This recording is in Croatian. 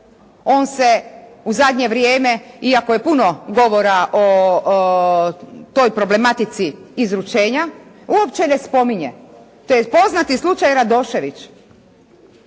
on se u zadnje vrijeme iako je puno govora o toj problematici izručenja uopće ne spominje. To je poznati slučaj Radošević,